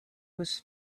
was